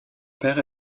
père